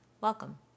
welcome